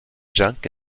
junk